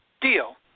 Deal